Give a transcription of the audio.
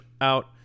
out